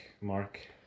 Mark